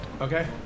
Okay